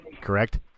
correct